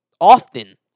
often